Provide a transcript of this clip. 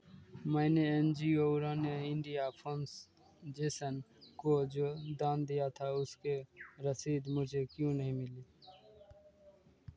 मैंने N G O Udaan India foundation को जो दान दिया था उसकी रसीद मुझे क्यों नहीं मिली